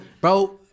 bro